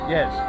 Yes